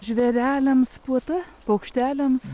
žvėreliams puota paukšteliams